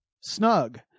snug